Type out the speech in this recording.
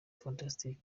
fantastic